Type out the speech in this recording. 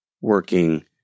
working